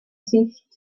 sicht